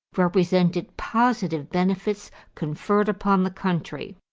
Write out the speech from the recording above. represented positive benefits conferred upon the country.